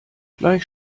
gleich